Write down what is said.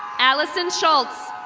alison schultz.